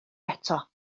eto